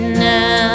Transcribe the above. now